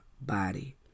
body